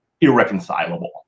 irreconcilable